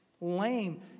Lame